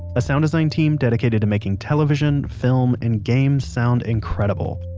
a sound design team dedicated to making television, film, and games sound incredible.